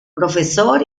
profesor